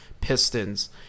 pistons